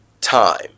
time